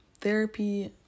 therapy